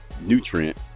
nutrient